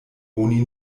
oni